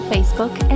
Facebook